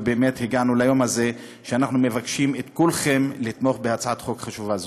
ובאמת הגענו ליום הזה שאנחנו מבקשים את כולכם לתמוך בהצעת חוק חשובה זו.